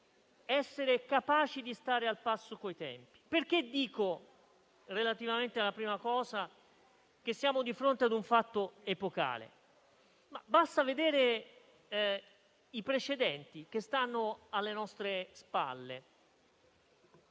essere capaci di stare al passo coi tempi. Relativamente alla prima cosa, dico che siamo di fronte ad un fatto epocale perché basta vedere i precedenti che stanno alle nostre spalle.